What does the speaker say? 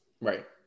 Right